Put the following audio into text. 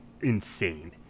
insane